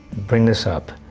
bring this up.